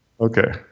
Okay